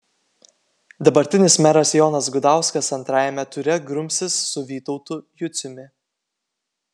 dabartinis meras jonas gudauskas antrajame ture grumsis su vytautu juciumi